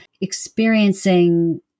experiencing